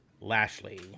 Lashley